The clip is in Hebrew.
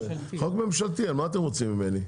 זה חוק ממשלתי, מה אתם רוצים ממני?